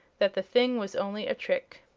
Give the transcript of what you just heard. that the thing was only a trick.